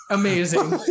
amazing